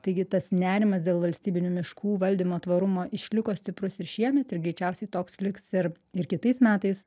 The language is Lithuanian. taigi tas nerimas dėl valstybinių miškų valdymo tvarumo išliko stiprus ir šiemet ir greičiausiai toks liks ir ir kitais metais